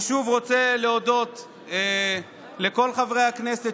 אני שוב רוצה להודות לכל חברי הכנסת